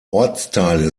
ortsteile